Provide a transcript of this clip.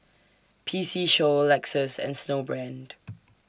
P C Show Lexus and Snowbrand